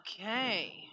Okay